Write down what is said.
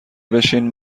بشین